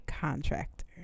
contractor